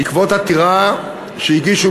בעקבות עתירה שהגישו